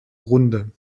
runde